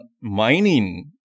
mining